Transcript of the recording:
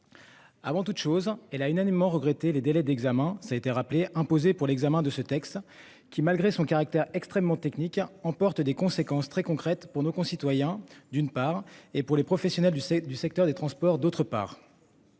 Avant toute chose elle a unanimement regretté les délais d'examen ça été rappelé imposé pour l'examen de ce texte qui malgré son caractère extrêmement technique emporte des conséquences très concrètes pour nos concitoyens. D'une part et pour les professionnels du c'est du secteur des transports. D'autre part.